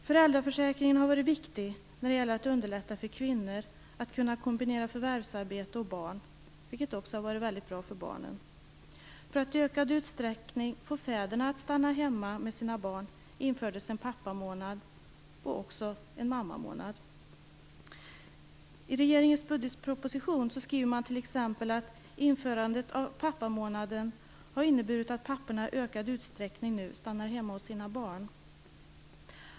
Föräldraförsäkringen har varit viktig när det gäller att underlätta för kvinnor att kunna kombinera förvärvsarbete och barn, vilket också har varit väldigt bra för barnen. För att i ökad utsträckning få fäderna att stanna hemma med sina barn infördes en pappamånad och också en mammamånad. I regeringens budgetproposition skriver man att införandet av pappamånaden har inneburit att papporna i ökad utsträckning nu stannar hemma med sina barn.